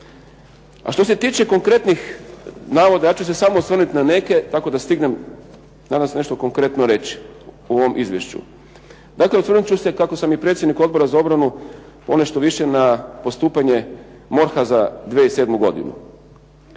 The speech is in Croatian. A što se tiče konkretnih navoda, ja ću se samo osvrnuti na neke tako da stignem danas nešto konkretno reći o ovom izvješću. Dakle, osvrnut ću se kako sam i predsjedniku Odbora za obranu ponešto više na postupanje MORH-a za 2007. godinu.